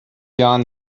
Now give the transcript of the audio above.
jahren